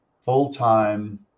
full-time